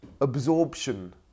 absorption